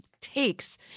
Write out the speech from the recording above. takes